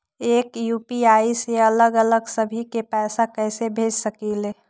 एक यू.पी.आई से अलग अलग सभी के पैसा कईसे भेज सकीले?